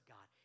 God